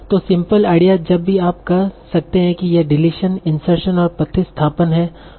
तो simple idea जब भी आप कह सकते हैं कि ये डिलीशन इंसर्शन और प्रतिस्थापन हैं